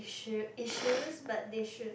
issu~ issues but they should